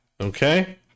Okay